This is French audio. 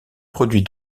produit